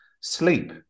sleep